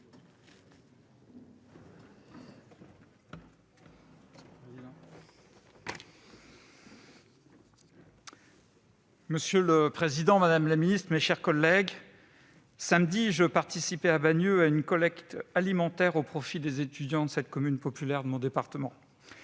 Monsieur le président, madame la ministre, mes chers collègues, samedi dernier, à Bagneux, je participais à une collecte alimentaire au profit des étudiants de cette commune populaire de mon département.